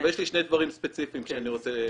אבל יש לי שני דברים ספציפיים שאני רוצה להגיד.